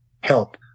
help